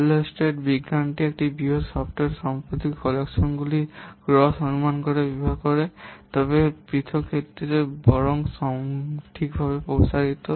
Halstead software বিজ্ঞানটি একটি বৃহত সফ্টওয়্যার সংকলনের সম্পত্তিগুলির স্থূল অনুমান সরবরাহ করে তবে পৃথক ক্ষেত্রে বরং সঠিকভাবে প্রসারিত